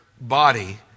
body